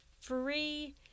free